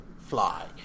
fly